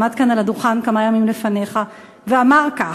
הוא עמד כאן על הדוכן כמה ימים לפניך ואמר כך: